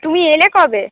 তুমি এলে কবে